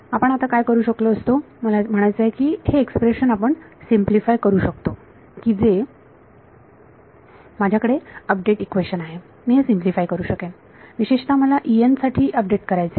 आपण आता काय करु शकलो असतो मला म्हणायचं आहे की हे एक्सप्रेशन आपण हे सिम्पलीफाय करू शकतो की जे माझ्याकडे अपडेट इक्वेशन आहे हे मी सिम्पलीफाय करू शकेन विशेषतः मला साठी अपडेट करायचे आहे